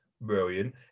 brilliant